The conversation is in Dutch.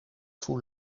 voel